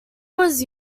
was